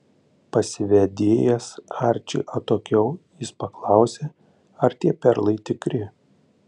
pasivedėjęs arčį atokiau jis paklausė ar tie perlai tikri